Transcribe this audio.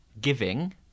giving